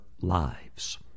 lives